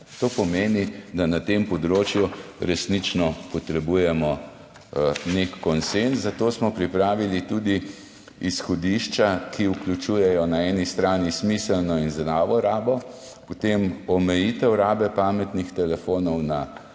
To pomeni, da na tem področju resnično potrebujemo nek konsenz, zato smo pripravili tudi izhodišča, ki vključujejo na eni strani smiselno in zdravo rabo, potem omejitev rabe pametnih telefonov na